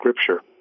scripture